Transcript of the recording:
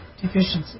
deficiency